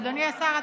אדוני השר,